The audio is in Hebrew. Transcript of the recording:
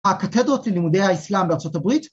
‫הקתדרות ללימודי האסלאם ‫בארצות הברית.